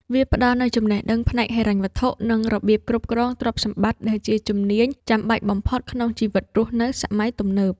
វាផ្ដល់នូវចំណេះដឹងផ្នែកហិរញ្ញវត្ថុ និងរបៀបគ្រប់គ្រងទ្រព្យសម្បត្តិ ដែលជាជំនាញចាំបាច់បំផុតក្នុងជីវិតរស់នៅសម័យទំនើប។